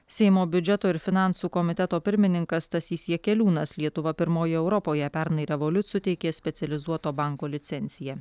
seimo biudžeto ir finansų komiteto pirmininkas stasys jakeliūnas lietuva pirmoji europoje pernai revoliut suteikė specializuoto banko licenciją